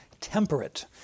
temperate